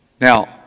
Now